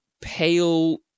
pale